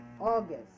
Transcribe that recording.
August